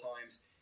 times